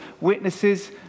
witnesses